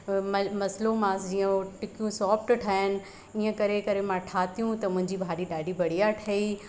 अ मल मसिलियोमासि जीअं उहो टिक्कियूं सोफ्ट ठहिण ईअं करे करे मां ठातियूं त मुंहिंजी भाॼी ॾाढी बढ़िया ठही